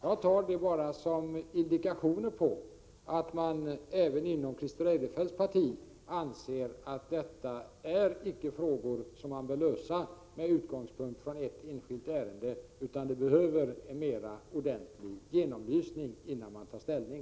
Jag uppfattar detta som en indikation på att man inte heller inom Christer Eirefelts parti anser att detta är frågor som bör lösas med utgångspunkt i ett enskilt ärende utan att de behöver en mera ordentlig genomlysning innan man tar ställning.